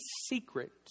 secret